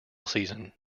season